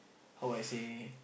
how I say